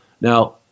Now